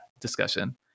discussion